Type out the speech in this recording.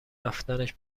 رفتنش